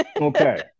okay